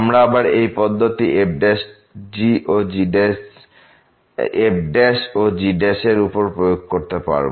আমরা আবার এই পদ্ধতি f ও g এর উপর প্রয়োগ করতে পারব